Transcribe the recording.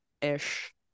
ish